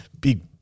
big